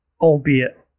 albeit